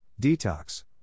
detox